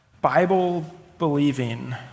Bible-believing